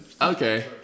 Okay